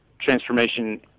transformation